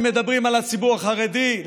אם מדברים על הציבור החרדי,